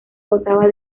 gozaba